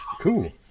cool